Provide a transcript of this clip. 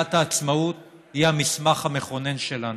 מגילת העצמאות היא המסמך המכונן שלנו,